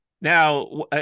Now